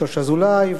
שוש אזולאי,